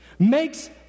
makes